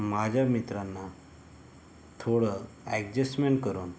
माझ्या मित्रांना थोडं ॲगजेसमेन करून